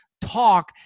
talk